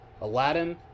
Aladdin